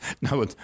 No